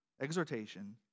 exhortation